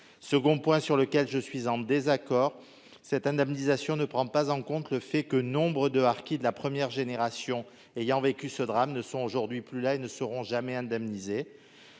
Second point sur lequel je suis en désaccord, cette indemnisation ne prend pas en compte le fait que nombre de harkis de la première génération ayant vécu ce drame ne seront jamais indemnisés,